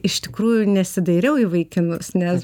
iš tikrųjų nesidairiau į vaikinus nes